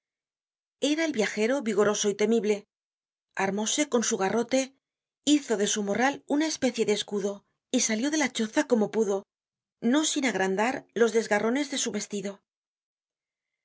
era el viajero vigoroso y temible armóse con su garrote hizo de su morral una especie de escudo y salió de la choza como pudo no sin agrandar los desgarrones de su vestido